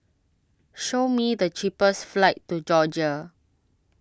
show me the cheapest flights to Georgia